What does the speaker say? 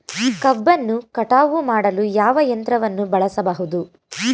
ಕಬ್ಬನ್ನು ಕಟಾವು ಮಾಡಲು ಯಾವ ಯಂತ್ರವನ್ನು ಬಳಸಬಹುದು?